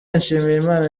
nshimiyimana